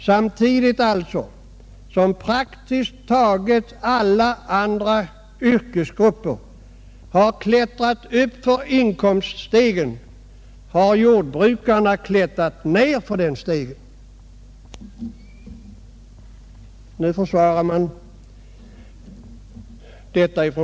Samtidigt som praktiskt taget alla andra yrkesgrupper har klättrat uppför inkomststegen har jordbrukarna klättrat ned på samma stege.